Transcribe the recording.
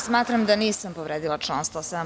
Smatram da nisam povredila član 107.